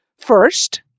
first